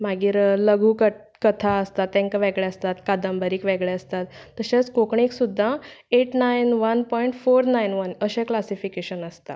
मागीर लघु क कथा आसता तांकां वेगळे आसता कादंबरीक वेगळे आसतात तशेंच कोंकणीक सुद्दा eight nine one point four nine one अशे क्लासिफिकेशन आसता